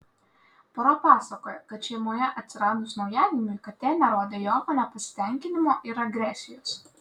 pora pasakoja kad šeimoje atsiradus naujagimiui katė nerodė jokio nepasitenkinimo ir agresijos